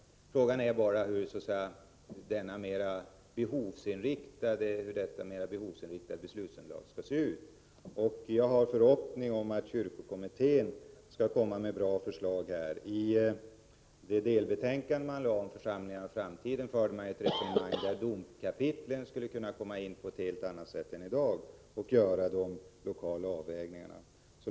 Frågan är bara hur detta så att säga mer behovsinriktade beslutsunderlag skall se ut. Jag har förhoppning om att kyrkokommittén skall komma med bra förslag. I det delbetänkande man lade fram om församlingarna och framtiden förde man ett resonemang, där domkapitlen skulle komma in på ett helt annat sätt än i dag och göra de lokala avvägningarna.